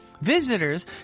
visitors